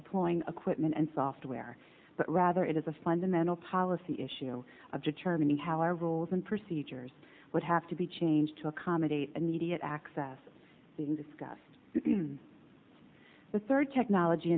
deploying equipment and software but rather it is a fundamental policy issue of determining how our rules and procedures would have to be changed to accommodate and media access being discussed the third technology